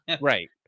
right